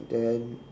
then